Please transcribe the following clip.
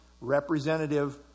representative